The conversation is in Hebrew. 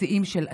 שיאים של עשור.